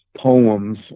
Poems